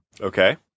okay